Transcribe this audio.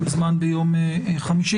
יוזמן ביום חמישי,